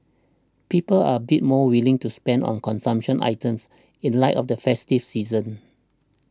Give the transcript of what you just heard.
people are a bit more willing to spend on consumption items in light of the festive season